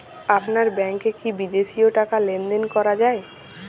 আপনার ব্যাংকে কী বিদেশিও টাকা লেনদেন করা যায়?